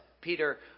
Peter